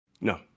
no